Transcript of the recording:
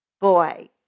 Boy